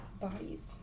bodies